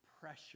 pressure